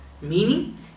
meaning